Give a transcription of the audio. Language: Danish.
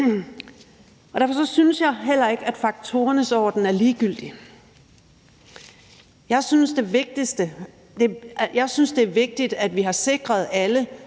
Derfor synes jeg heller ikke, at faktorernes orden er ligegyldig. Jeg synes, det er vigtigt, at vi har sikret alle